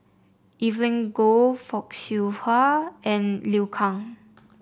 Evelyn Goh Fock Siew Wah and Liu Kang